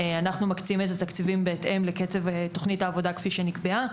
אנחנו מקצים את התקציבים בהתאם לקצב תוכנית העבודה כפי שנקבעה.